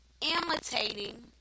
imitating